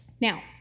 Now